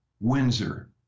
Windsor